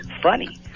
funny